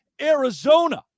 Arizona